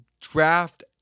draft